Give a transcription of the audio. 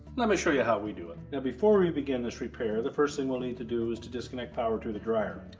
let me show you how we do it. now, before we begin this repair, the first thing we'll need to do is to disconnect power to the dryer.